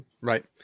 Right